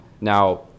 Now